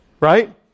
Right